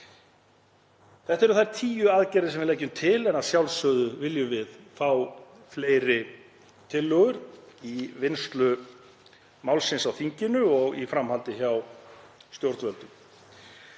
Þetta eru þær tíu aðgerðir sem við leggjum til en að sjálfsögðu viljum við fá fleiri tillögur í vinnslu málsins á þinginu og í framhaldinu hjá stjórnvöldum.